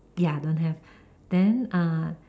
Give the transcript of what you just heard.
ya don't have then